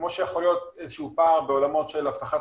כמו שיכול להיות פער בעולמות של אבטחת